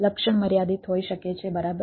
લક્ષણ મર્યાદિત હોઈ શકે છે બરાબર